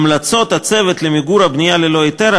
המלצות הצוות למיגור הבנייה ללא היתר,